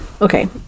Okay